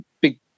big